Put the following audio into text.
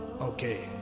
okay